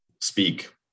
speak